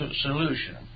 solution